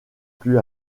plus